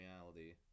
reality